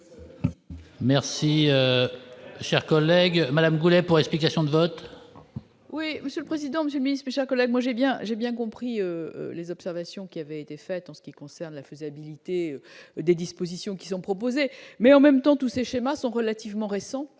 Merci, cher collègue Madame Goulet pour explication de vote. Oui, Monsieur le Président du ministre Jacques là moi j'ai bien, j'ai bien compris les observations qui avait été faite en ce qui concerne la faisabilité des dispositions qui sont proposées, mais en même temps tous ces schémas sont relativement récent.